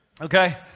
okay